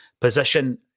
position